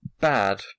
bad